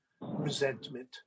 resentment